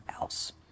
else